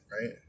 right